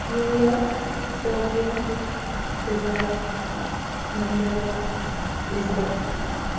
New York Tokyo Dubai Mumbai Lisbon